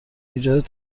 ایجاد